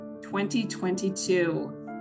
2022